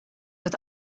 with